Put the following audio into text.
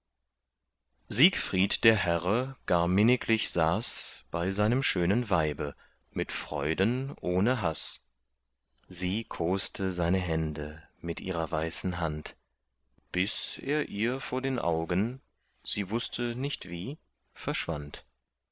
siegfried der herre gar minniglich saß bei seinem schönen weibe mit freuden ohne haß sie koste seine hände mit ihrer weißen hand bis er ihr vor den augen sie wußte nicht wie verschwand